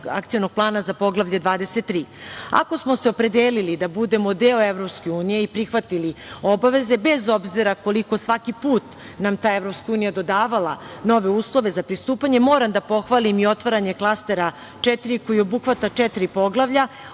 Akcionog plana za Poglavlje 23.Ako smo se opredelili da budemo deo EU i prihvatili obaveze, bez obzira koliko svaki put nam ta EU dodavala nove uslove za pristupanje, moram da pohvalim i otvaranje Klastera 4, koji obuhvata četiri poglavlja